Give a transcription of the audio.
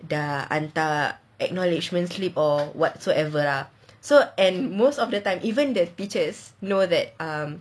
dah hantar acknowledgement slip or whatsoever ah so and most of the time even the teachers know that ah